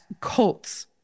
cults